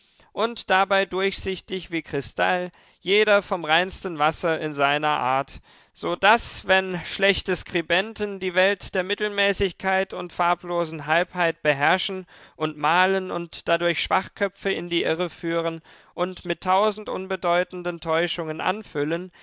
und dabei durchsichtig wie kristall jeder vom reinsten wasser in seiner art so daß wenn schlechte skribenten die welt der mittelmäßigkeit und farblosen halbheit beherrschen und malen und dadurch schwachköpfe in die irre führen und mit tausend unbedeutenden täuschungen anfüllen